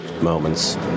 moments